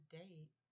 date